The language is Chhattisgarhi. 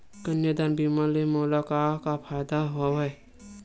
कन्यादान बीमा ले मोला का का फ़ायदा हवय?